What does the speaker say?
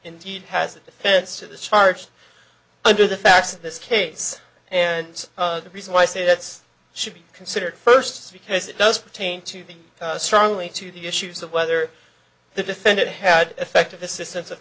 indeed has a defense to the charge under the facts of this case and the reason why i say that's should be considered first because it does pertain to the strongly to the issues of whether the defendant had effective assistance of